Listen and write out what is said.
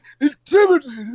intimidated